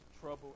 trouble